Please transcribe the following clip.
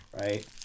right